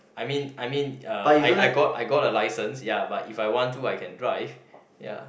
I mean I mean uh I I got I got a license ya but if I want to I can drive ya